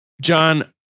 John